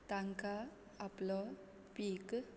तांकां आपलो पीक